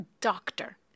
doctor